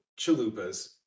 chalupas